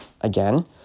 again